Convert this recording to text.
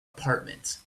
apartment